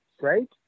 right